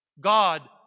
God